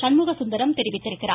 சண்முக சுந்தரம் தெரிவித்துள்ளார்